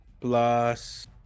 plus